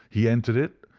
he entered it,